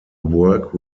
work